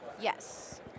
Yes